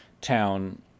town